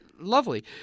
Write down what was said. lovely